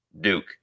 Duke